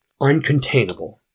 uncontainable